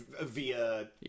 via